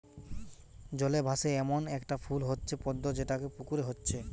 জলে ভাসে এ্যামন একটা ফুল হচ্ছে পদ্ম যেটা পুকুরে হচ্ছে